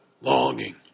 longing